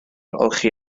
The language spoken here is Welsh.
olchi